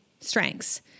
strengths